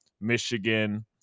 Michigan